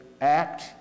act